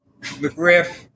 McGriff